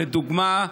לדוגמה,